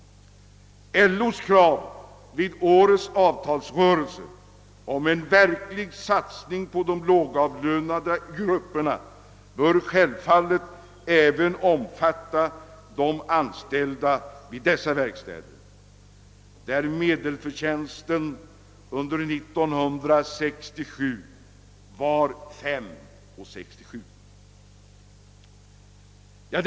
LO:s krav vid årets avtalsrörelse om en verklig satsning på de lågavlönade grupperna bör självfallet även omfatta de anställda vid dessa verkstäder, där medelförtjänsten under 1967 var kr. 5:67 i timmen.